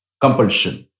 compulsion